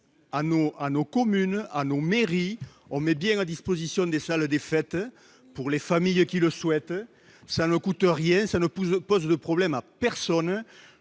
à nos communes à nos mairies, on met bien à disposition des salles des fêtes pour les familles qui le souhaitent, ça ne coûte rien, ça ne pousse pose le problème à personne,